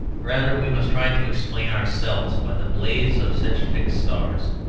rather we must try to explain ourselves by the blaze of such fixed stars.